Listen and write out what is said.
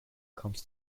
comes